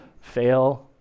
fail